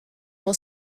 will